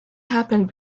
happened